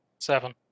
Seven